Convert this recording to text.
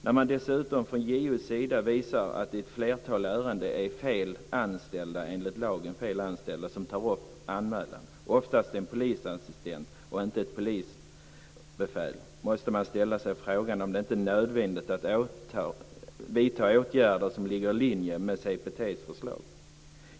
När man dessutom från JO:s sida visar att det i ett flertal ärenden är enligt lagen fel anställda som tar upp anmälan, oftast en polisassistent och inte ett polisbefäl, måste man ställa sig frågan om det inte är nödvändigt att vidta åtgärder som ligger i linje med CPT:s förslag.